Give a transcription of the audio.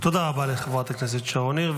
תודה רבה לחברת הכנסת שרון ניר.